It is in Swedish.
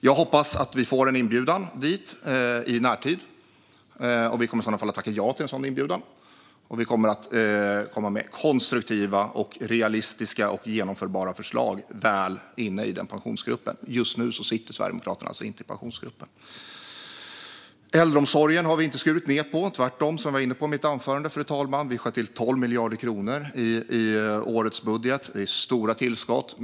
Jag hoppas att vi får en inbjudan dit i närtid. Vi kommer i så fall att tacka ja till en sådan inbjudan, och vi kommer att komma med konstruktiva, realistiska och genomförbara förslag när vi väl är inne i Pensionsgruppen. Just nu sitter Sverigedemokraterna alltså inte i Pensionsgruppen. Vi har inte skurit ned på äldreomsorgen. Tvärtom, som jag var inne på i mitt anförande. Vi sköt till 12 miljarder kronor i årets budget. Det är stora tillskott.